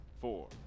four